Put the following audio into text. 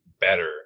better